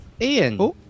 Ian